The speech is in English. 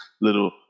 little